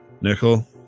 Nickel